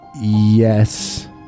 Yes